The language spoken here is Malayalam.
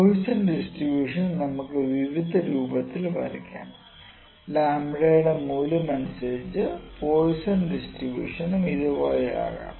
പോയിസൺ ഡിസ്ട്രിബ്യൂഷൻ നമുക്കു വിവിധ രൂപത്തിൽ വരക്കാം ലാംഡയുടെ𝝀 മൂല്യം അനുസരിച്ച് പോയിസൺ ഡിസ്ട്രിബ്യൂഷനും ഇതുപോലെയാകാം